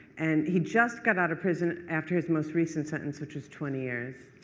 and he just got out of prison after his most recent sentence which was twenty years.